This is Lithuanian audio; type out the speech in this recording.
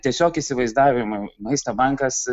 tiesiog įsivaizdavimui maisto bankas